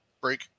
Break